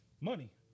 Money